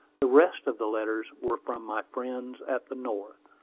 the rest of the letters were from my friends at the north.